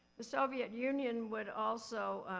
the soviet union would also